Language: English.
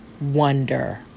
wonder